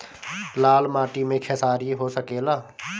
लाल माटी मे खेसारी हो सकेला?